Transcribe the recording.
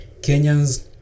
kenyans